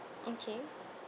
okay